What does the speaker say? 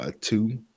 two